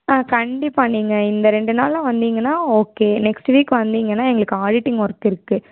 ஆ கண்டிப்பாக நீங்கள் இந்த ரெண்டு நாளில் வந்தீங்கன்னால் ஓகே நெக்ஸ்ட் வீக் வந்தீங்கன்னால் எங்களுக்கு ஆடிட்டிங் ஒர்க் இருக்குது